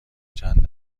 چند